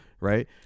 right